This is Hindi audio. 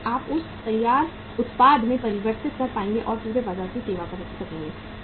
तभी हम उस तैयार उत्पाद में परिवर्तित कर पाएंगे और पूरे बाजार की सेवा कर सकेंगे